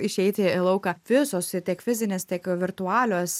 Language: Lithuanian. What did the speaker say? išeiti į lauką visos i tiek fizinės tiek virtualios